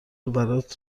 برات